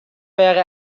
wäre